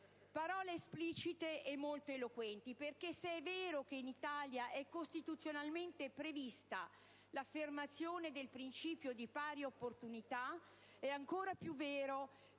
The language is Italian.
Parole esplicite e molto eloquenti. Perché, se è vero che in Italia è costituzionalmente prevista l'affermazione del principio di pari opportunità, è ancora più vero